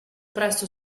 presto